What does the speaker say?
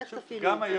איך תפעילו את זה?